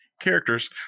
characters